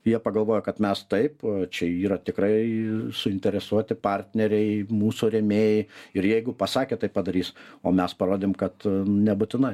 jie pagalvojo kad mes taip čia yra tikrai suinteresuoti partneriai mūsų rėmėjai ir jeigu pasakė tai padarys o mes parodėm kad nebūtinai